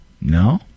no